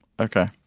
Okay